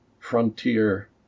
frontier